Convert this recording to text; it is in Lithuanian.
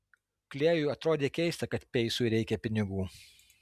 klėjui atrodė keista kad peisui reikia pinigų